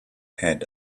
head